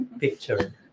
picture